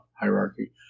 hierarchy